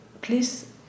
please